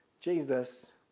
Jesus